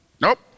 nope